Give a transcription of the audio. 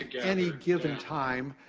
any given time,